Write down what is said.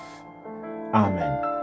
Amen